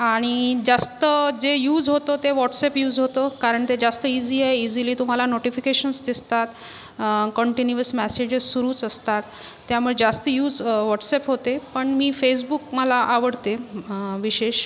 आणि जास्त जे यूज होतं ते व्हॉट्सॲप यूज होतं कारण ते जास्त इझी आहे इझिली तुम्हाला नोटिफिकेशन्स दिसतात कंटिनिवस मॅसेजेस सुरूच असतात त्यामं जास्ती यूस व्हॉट्सॲप होते पण मी फेसबुक मला आवडते विशेष